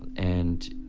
and,